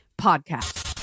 Podcast